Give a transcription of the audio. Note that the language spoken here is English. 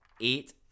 eight